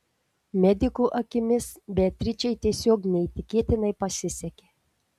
medikų akimis beatričei tiesiog neįtikėtinai pasisekė